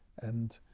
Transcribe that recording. and,